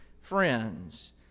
friends